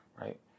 right